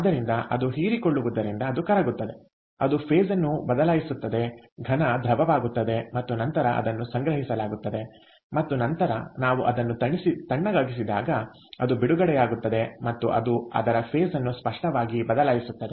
ಆದ್ದರಿಂದ ಅದು ಹೀರಿಕೊಳ್ಳುವುದರಿಂದ ಅದು ಕರಗುತ್ತದೆ ಅದು ಫೇಸ್ಅನ್ನು ಬದಲಾಯಿಸುತ್ತದೆ ಘನ ದ್ರವವಾಗುತ್ತದೆ ಮತ್ತು ನಂತರ ಅದನ್ನು ಸಂಗ್ರಹಿಸಲಾಗುತ್ತದೆ ಮತ್ತು ನಂತರ ನಾವು ಅದನ್ನು ತಣ್ಣಗಾಗಿಸಿದಾಗ ಅದು ಬಿಡುಗಡೆಯಾಗುತ್ತದೆ ಮತ್ತು ಅದು ಅದರ ಫೇಸ್ಅನ್ನು ಸ್ಪಷ್ಟವಾಗಿ ಬದಲಾಯಿಸುತ್ತದೆ